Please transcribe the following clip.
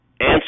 Answer